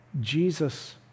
Jesus